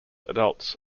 adults